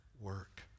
work